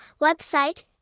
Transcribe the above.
website